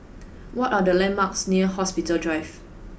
what are the landmarks near Hospital Drive